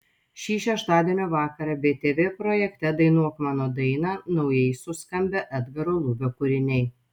šį šeštadienio vakarą btv projekte dainuok mano dainą naujai suskambę edgaro lubio kūriniai